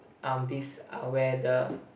um this are where the